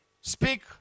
Speak